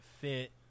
fit